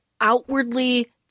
outwardly